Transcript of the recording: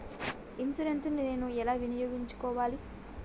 Insurance ని నేను ఎలా వినియోగించుకోవాలి?